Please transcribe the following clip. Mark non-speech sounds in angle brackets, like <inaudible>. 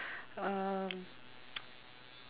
um <noise>